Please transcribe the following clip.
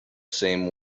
same